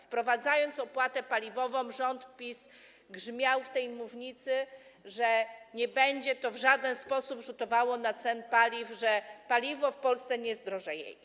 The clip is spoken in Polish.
Wprowadzając opłatę paliwową, rząd PiS grzmiał z tej mównicy, że nie będzie to w żaden sposób rzutowało na ceny paliw, że paliwo w Polsce nie zdrożeje.